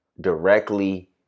directly